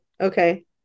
Okay